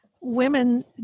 Women